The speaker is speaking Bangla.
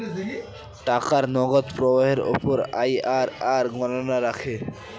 টাকার নগদ প্রবাহের উপর আইআরআর গণনা রাখে